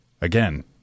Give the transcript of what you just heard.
Again